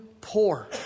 poor